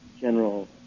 General